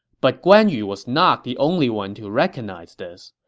but guan yu was not the only one to recognize this.